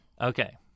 Okay